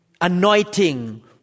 anointing